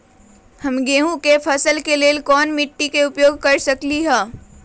हम गेंहू के फसल के लेल कोन मिट्टी के उपयोग कर सकली ह?